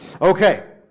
Okay